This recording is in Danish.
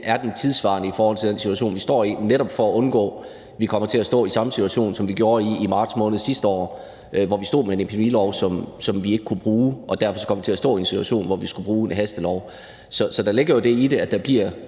den er tidssvarende i forhold til den situation, vi står i, netop for at undgå, at vi kommer til at stå i samme situation, som vi stod i i marts måned sidste år. Der stod vi med en epidemilov, som vi ikke kunne bruge, og derfor kom vi til at stå i en situation, hvor vi skulle bruge en hastelov. Så der ligger jo det i det, at der bliver